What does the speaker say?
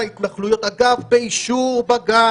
אדוני היושב-ראש.